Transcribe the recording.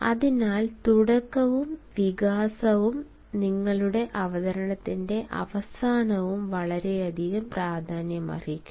അതിനാൽ തുടക്കവും വികാസവും നിങ്ങളുടെ അവതരണത്തിന്റെ അവസാനവും വളരെയധികം പ്രാധാന്യമർഹിക്കുന്നു